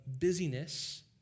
busyness